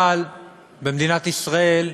אבל במדינת ישראל,